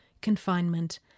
confinement